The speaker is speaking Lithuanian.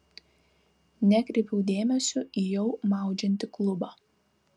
nekreipiau dėmesio į jau maudžiantį klubą